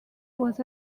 was